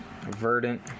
Verdant